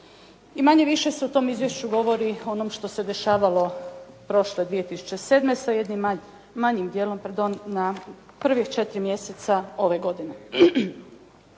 i manje-više se u tom izvješću govori o onome što se dešavalo prošle 2007. sa jednim manjim djelom, pardon, prvih 4 mjeseca ove godine.